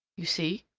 you see.